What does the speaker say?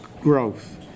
growth